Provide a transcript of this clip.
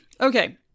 Okay